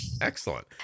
excellent